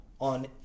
on